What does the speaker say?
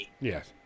Yes